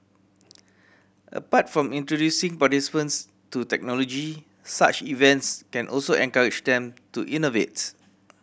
apart from introducing participants to technology such events can also encourage them to innovates